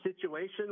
situation